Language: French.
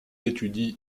étudie